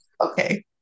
okay